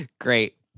Great